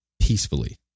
peacefully